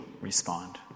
respond